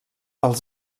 els